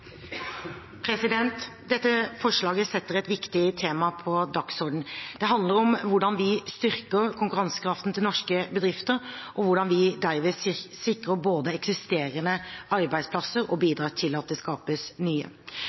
Dette forslaget setter et viktig tema på dagsordenen. Det handler om hvordan vi styrker konkurransekraften til norske bedrifter – og hvordan vi dermed sikrer både eksisterende arbeidsplasser og bidrar til at det skapes nye.